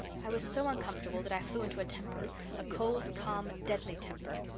i was so uncomfortable that i flew into a temper a cold, calm, deadly temper.